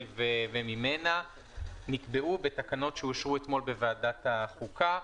ומישראל נקבעו בתקנות שאושרו אתמול בוועדת החוקה.